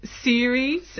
series